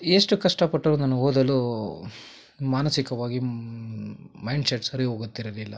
ಎಷ್ಟು ಕಷ್ಟಪಟ್ಟರೂ ನಾನು ಓದಲು ಮಾನಸಿಕವಾಗಿ ಮೈಂಡ್ಸೆಟ್ ಸರಿ ಹೋಗುತ್ತಿರಲಿಲ್ಲ